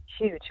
huge